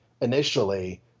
initially